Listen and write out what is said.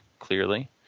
Clearly